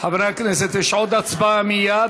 חברי הכנסת, יש עוד הצבעה מייד.